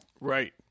Right